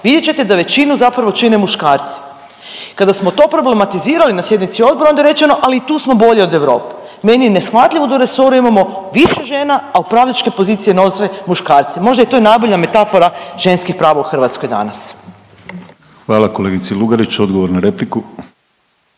vidjet ćete da većinu zapravo čine muškarci. Kada smo to problematizirali na sjednici odbora onda je rečeno ali i tu smo bolji od Europe. Meni je neshvatljivo da u resoru imamo više žena, a upravljačke pozicije na ovo sve muškarci. Možda je to i najbolja metafora ženskih prava u Hrvatskoj danas. **Penava, Ivan (DP)** Hvala kolegici Lugarić. Odgovor na repliku.